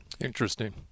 Interesting